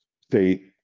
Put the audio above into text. state